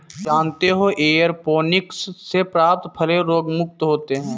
जानते हो एयरोपोनिक्स से प्राप्त फलें रोगमुक्त होती हैं